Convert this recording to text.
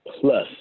plus